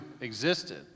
existed